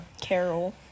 Carol